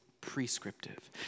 prescriptive